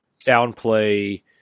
downplay